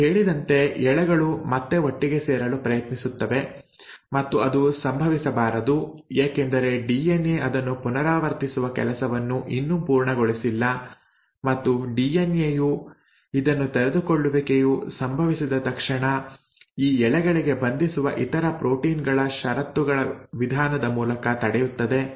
ನಾನು ಹೇಳಿದಂತೆ ಎಳೆಗಳು ಮತ್ತೆ ಒಟ್ಟಿಗೆ ಸೇರಲು ಪ್ರಯತ್ನಿಸುತ್ತವೆ ಮತ್ತು ಅದು ಸಂಭವಿಸಬಾರದು ಏಕೆಂದರೆ ಡಿಎನ್ಎ ಅದನ್ನು ಪುನರಾವರ್ತಿಸುವ ಕೆಲಸವನ್ನು ಇನ್ನೂ ಪೂರ್ಣಗೊಳಿಸಿಲ್ಲ ಮತ್ತು ಡಿಎನ್ಎ ಯು ಇದನ್ನು ತೆರೆದುಕೊಳ್ಳುವಿಕೆಯು ಸಂಭವಿಸಿದ ತಕ್ಷಣ ಈ ಎಳೆಗಳಿಗೆ ಬಂಧಿಸುವ ಇತರ ಪ್ರೋಟೀನ್ ಗಳ ಷರತ್ತುಗಳ ವಿಧಾನದ ಮೂಲಕ ತಡೆಯುತ್ತದೆ